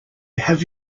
have